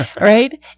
Right